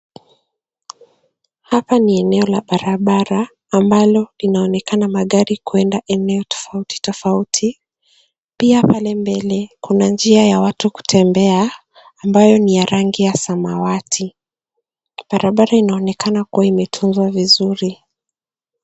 Hapa ni eneo la barabara ambalo linaonekana magari kuenda eneo tofauti tofauti. Pia pale mbele kuna njia ya watu kutembea ambayo ni ya rangi ya samawati. Barabara inaonekana kuwa imetunzwa vizuri.